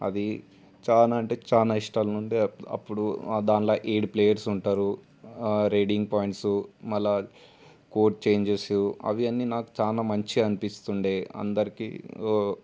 అది చాలా అంటే చాలా ఇష్టాలు ఉండే అప్పుడు దానిలో ఏడు ప్లేయర్స్ ఉంటారు ఆ రేడింగ్ పాయింట్సు మళ్ళీ కోర్ట్ చేంజెసు అవి అన్నీ నాకు చాలా మంచిగా అనిపిస్తూ ఉండేది అందరికీ ఓ